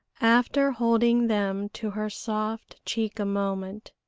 after holding them to her soft cheek a moment,